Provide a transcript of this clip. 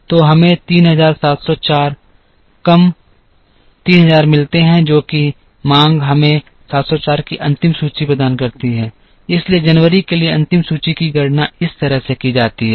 तो हमें 3704 कम 3000 मिलते हैं जो कि मांग हमें 704 की अंतिम सूची प्रदान करती है इसलिए जनवरी के लिए अंतिम सूची की गणना इस तरह से की जाती है